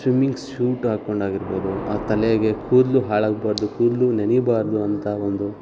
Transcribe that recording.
swimming suit ಹಾಕ್ಕೊಂಡಾಗಿರ್ಬೋದು ಆ ತಲೆಗೆ ಕೂದಲು ಹಾಳಾಗಬಾರ್ದು ಕೂದಲು ನೆನಿಬಾರ್ದು ಅಂತ ಒಂದು